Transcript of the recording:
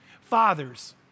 Fathers